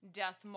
death